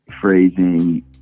phrasing